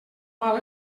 mal